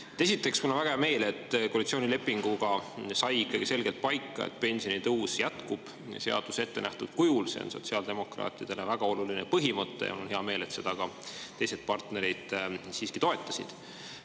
Esiteks, mul on väga hea meel, et koalitsioonilepinguga sai ikkagi selgelt paika, et pensionitõus jätkub seaduses ettenähtud kujul. See on sotsiaaldemokraatidele väga oluline põhimõte ja mul on hea meel, et ka teised partnerid seda toetasid.